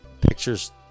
pictures